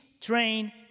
train